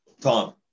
Tom